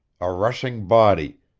a rushing body,